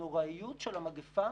בנוראיות של המגפה